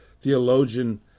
Theologian